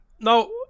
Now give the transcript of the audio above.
No